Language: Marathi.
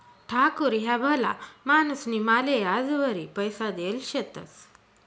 ठाकूर ह्या भला माणूसनी माले याजवरी पैसा देल शेतंस